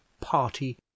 party